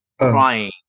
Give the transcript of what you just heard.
crying